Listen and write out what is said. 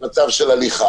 מצב של הליכה.